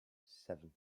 seven